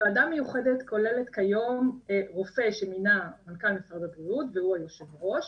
ועדה מיוחדת כוללת כיום רופא שמינה מנכ"ל משרד הבריאות והוא יושב הראש,